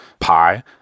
pie